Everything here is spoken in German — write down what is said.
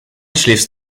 schläfst